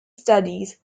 studies